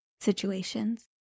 situations